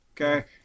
Okay